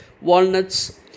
walnuts